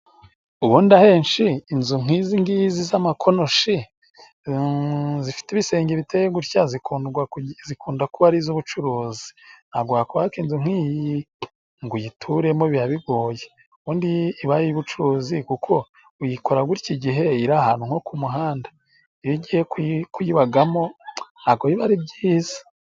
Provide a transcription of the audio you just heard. Ubundi ahenshi inzu nk'izi ngizi z'amakonoshi zifite ibisenge biteye gutya zikundwa zikunda kuba ari iz'ubucuruzi, ntago wakubaka inzu nk'iyi ngo uyituremo biba bigoye, ubundi iba ari iy'ubucuruzi kuko uyikora gutya igihe iri ahantu nko ku muhanda iyo ugiye kuyi kuyibagamo ntago biba ari byiza.